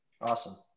Awesome